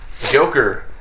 Joker